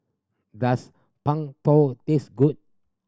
does Png Tao taste good